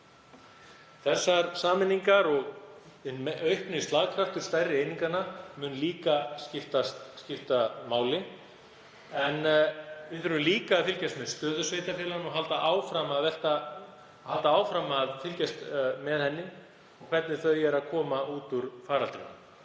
Þessar sameiningar og hinn aukni slagkraftur stærri eininganna mun líka skipta máli. En við þurfum að fylgjast með stöðu sveitarfélaganna og halda áfram að fylgjast með því hvernig þau koma út úr faraldrinum.